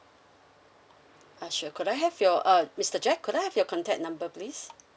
uh sure could I have your uh mister jack could I have your contact number please